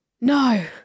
no